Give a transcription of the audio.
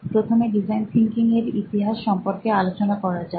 প্রথমে design thinking এর ইতিহাস সম্পর্কে আলোচনা করা যাক